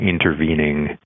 intervening